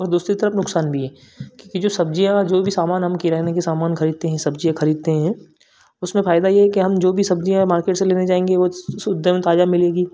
और दूसरी तरफ नुकसान भी है क्योंकि जो सब्ज़ियाँ जो भी सामान हम किराने के सामान खरीदते हैं सब्ज़ियाँ खरीदते हैं उसमें फायदा यह है कि हम जो भी सब्ज़ियाँ मार्केट से लेने जाएँगे वह शुद्ध एवम ताजा मिलेगी